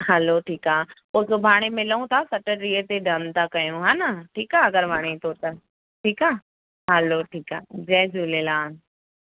हलो ठीकु आहे पोइ सुभाणे मिलूं था सतटीह ते डन था कयूं हा न ठीकु आहे अगरि वणे थो त ठीकु आहे हलो ठीकु आहे जय झूलेलाल